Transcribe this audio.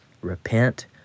Repent